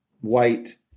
white